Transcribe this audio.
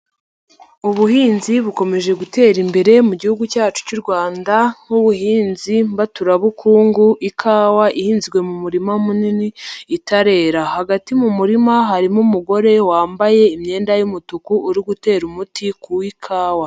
Ubuhinzi bukomeje gutera imbere mu gihugu cyacu cy'u Rwanda nk'ubuhinzi mbaturabukungu ikawa ihinzwe mu murima munini itarera, hagati mu murima harimo umugore wambaye imyenda y'umutuku uri gutera umuti ku ikawa.